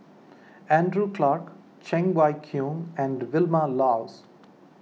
Andrew Clarke Cheng Wai Keung and Vilma Laus